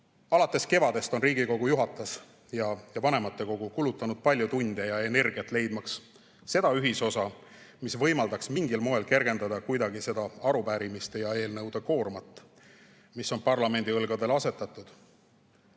Alates kevadest on Riigikogu juhatus ja vanematekogu kulutanud palju tunde ja energiat leidmaks seda ühisosa, mis võimaldaks mingil moel kergendada kuidagi seda arupärimiste ja eelnõude koormat, mis on parlamendi õlgadele asetatud